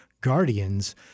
Guardians